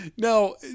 No